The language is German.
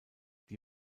die